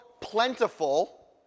plentiful